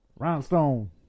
rhinestone